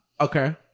okay